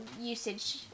usage